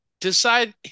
decide